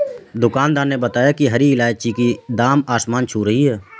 दुकानदार ने बताया कि हरी इलायची की दाम आसमान छू रही है